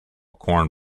corn